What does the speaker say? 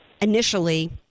initially